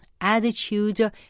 attitude